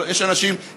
יש אנשים,